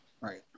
Right